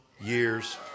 years